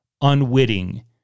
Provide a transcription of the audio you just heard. unwitting